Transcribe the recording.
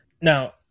Now